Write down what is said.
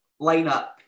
lineup